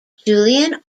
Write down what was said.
julian